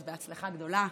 אז בהצלחה גדולה.